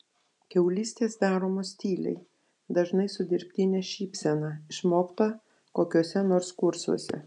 kiaulystės daromos tyliai dažnai su dirbtine šypsena išmokta kokiuose nors kursuose